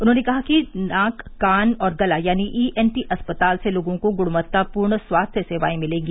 उन्होंने कहा कि कान नाक और गला यानी ईएनटी अस्पताल से लोगों को गुणवत्तापूर्ण स्वास्थ्य सेवाए मिलेंगी